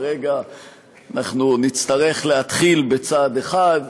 כרגע נצטרך להתחיל בצעד אחד.